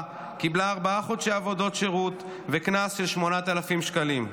קיבלה ארבעה חודשי עבודות שירות וקנס של 8,000 שקלים.